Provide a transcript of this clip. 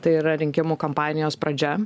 tai yra rinkimų kampanijos pradžia